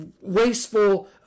wasteful